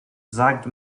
sagt